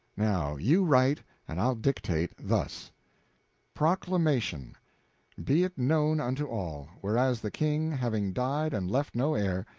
now you write and i'll dictate thus proclamation be it known unto all. whereas the king having died and left no heir,